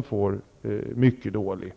lämnas är dessutom mycket låg.